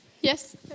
Yes